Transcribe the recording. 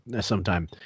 sometime